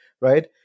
right